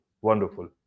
wonderful